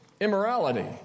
immorality